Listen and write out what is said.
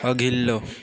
अघिल्लो